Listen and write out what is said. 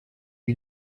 lui